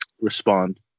respond